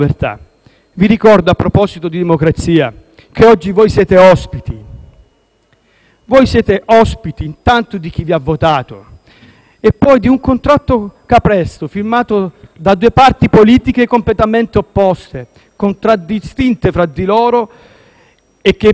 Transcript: voi siete ospiti, anzitutto di chi vi ha votato e poi di un contratto capestro firmato da due parti politiche completamente opposte e contraddistinte fra di loro. Per quanto possa essermi simpatico Conte, non è certamente il *Premier* degli italiani.